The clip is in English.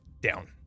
down